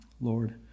Lord